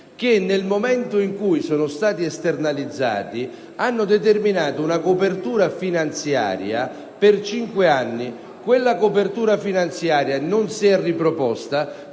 che, nel momento in cui sono stati esternalizzati, hanno determinato una copertura finanziaria per cinque anni. Quella copertura finanziaria non si è riproposta;